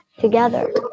together